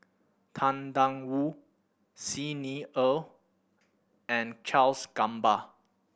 Tang Da Wu Xi Ni Er and Charles Gamba